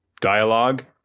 dialogue